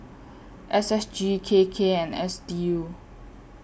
S S G K K and S D U